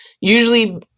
usually